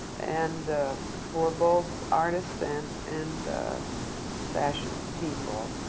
and for both artists and and fashion people,